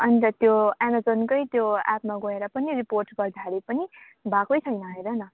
अन्त त्यो एमाजोनकै त्यो एप्पमा गएर पनि रिपोर्ट गर्दाखेरि पनि भएकै छैन हेर न